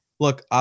Look